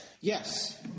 Yes